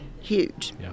huge